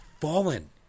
fallen